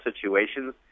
situations